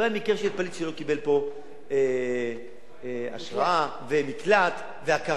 לא היה מקרה של פליט שלא קיבל כאן אשרה ומקלט והכרה.